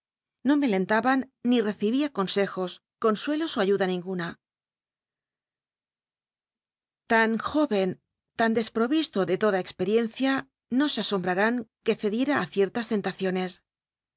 alentaban ni recibía consejos consuelos ó ayuda ninguna tan desproristo de toda cxpel'icncia que cediera ü ciertas ten